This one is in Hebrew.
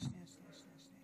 שלוש דקות.